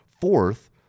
Fourth